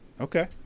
Okay